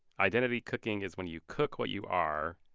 identity cooking is when you cook what you are.